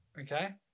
okay